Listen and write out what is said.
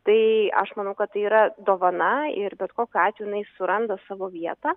tai aš manau kad tai yra dovana ir bet kokiu atveju jinai suranda savo vietą